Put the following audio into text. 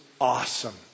awesome